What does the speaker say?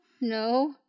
No